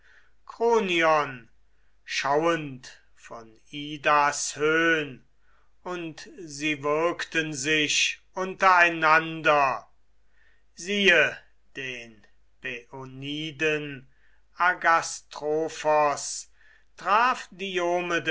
kronion schauend von idas höhn und sie würgten sich untereinander siehe den päoniden agastrophos traf